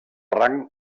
rang